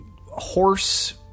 horse